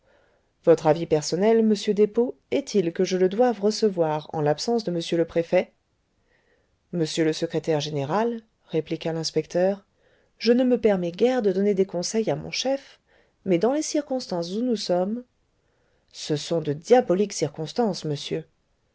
votre avis personnel monsieur despaux est-il que je le doive recevoir en l'absence de m le préfet monsieur le secrétaire général répliqua l'inspecteur je ne me permets guère de donner des conseils à mes chef mais dans les circonstances où nous sommes ce sont de diaboliques circonstances monsieur